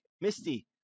Misty